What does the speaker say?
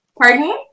Pardon